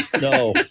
No